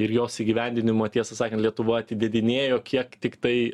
ir jos įgyvendinimo tiesą sakant lietuva atleidinėjo kiek tiktai